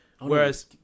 Whereas